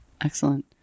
Excellent